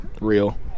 Real